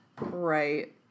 Right